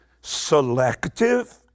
selective